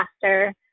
faster